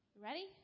ready